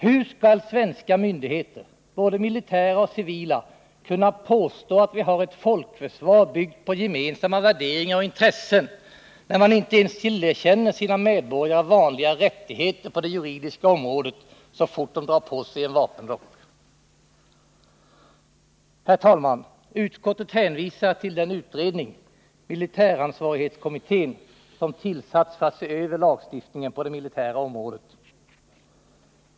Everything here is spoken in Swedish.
Hur skall svenska myndigheter, både militära och civila, kunna påstå att vi har ett folkförsvar byggt på gemensamma värderingar och intressen, när man inte ens tillerkänner sina medborgare vanliga rättigheter på det juridiska området så fort de drar på sig vapenrock? Herr talman! Utskottet hänvisar till den utredning, militäransvarighetskommittén, som tillsatts för att se över lagstiftningen på det militära området.